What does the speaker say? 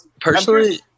personally